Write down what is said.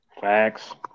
facts